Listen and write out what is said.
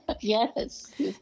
Yes